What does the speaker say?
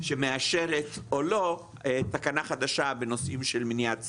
שמאשרת או לא תקנה חדשה בנושאים של מניעת שריפות.